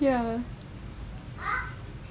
ya